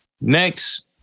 next